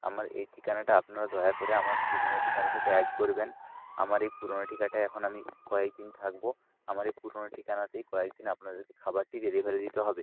আমার এই ঠিকানাটা আপনারা দয়া করে আমার পুরনো ঠিকানার সাথে অ্যাড করে দিন আমার এই পুরোনো ঠিকাটায় এখন আমি কয়েক দিন থাকব আমার এই পুরনো ঠিকানাতেই কয়েক দিন আপনাদেরকে খাবারটি ডেলিভারি দিতে হবে